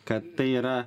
kad tai yra